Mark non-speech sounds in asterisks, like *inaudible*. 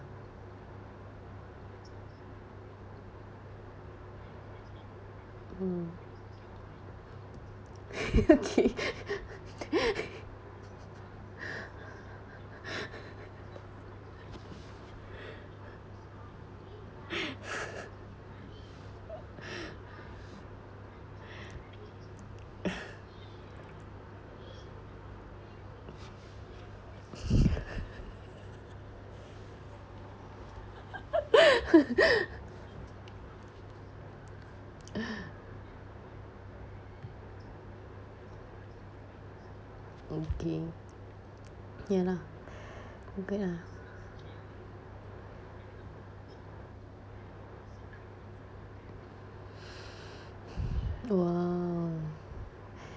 mm *laughs* okay *laughs* okay ya lah not bad lah *breath* !wow!